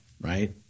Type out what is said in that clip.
right